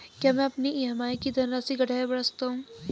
क्या मैं अपनी ई.एम.आई की धनराशि घटा बढ़ा सकता हूँ?